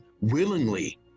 willingly